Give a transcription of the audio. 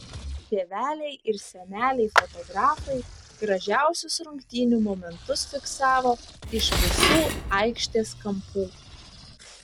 tėveliai ir seneliai fotografai gražiausius rungtynių momentus fiksavo iš visų aikštės kampų